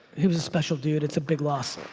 he was a special dude, it's a big loss.